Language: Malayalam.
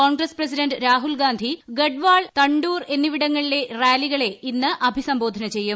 കോൺഗ്രസ് പ്രസിഡന്റ് രാഹുൽ ഗാന്ധി ഗഡ്വാൾ തണ്ടൂർ എന്നിവിടങ്ങളിലെ റാലികളെ ഇന്ന് അഭിസംബോധന ചെയ്യും